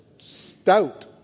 stout